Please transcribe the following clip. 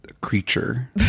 creature